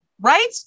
right